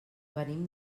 venim